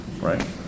Right